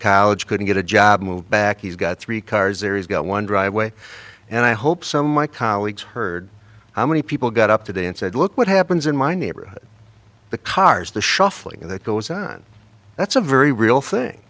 college couldn't get a job moved back he's got three cars there he's got one driveway and i hope so my colleagues heard how many people got up today and said look what happens in my neighborhood the cars the shuffling that goes on that's a very real thing